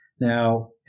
Now